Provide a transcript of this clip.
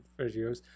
videos